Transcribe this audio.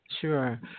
Sure